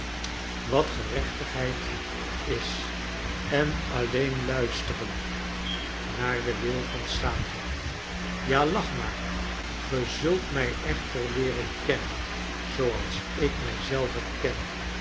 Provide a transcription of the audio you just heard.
wat gerechtigheid is en alleen luisteren naar den wil van satan ja lach maar ge zult mij echter leeren kennen zooals ik mij zelve ken